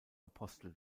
apostel